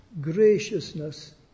graciousness